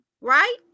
right